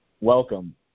welcome